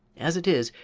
as it is,